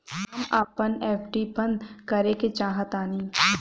हम अपन एफ.डी बंद करेके चाहातानी